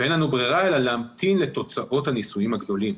ואין לנו ברירה אלא להמתין לתוצאות הניסויים הגדולים.